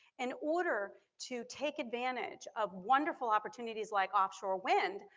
in order to take advantage of wonderful opportunities like offshore wind,